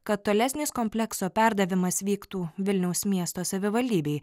kad tolesnis komplekso perdavimas vyktų vilniaus miesto savivaldybei